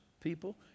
people